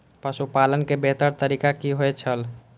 पशुपालन के बेहतर तरीका की होय छल?